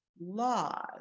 laws